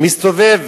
מסתובב